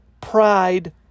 Pride